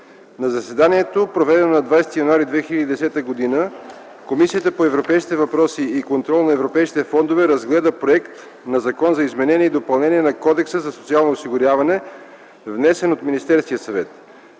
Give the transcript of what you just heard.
На заседанието, проведено на 20 януари 2010 г., Комисията по европейските въпроси и контрол на европейските фондове разгледа Законопроекта за изменение и допълнение на Кодекса за социално осигуряване, внесен от Министерския съвет.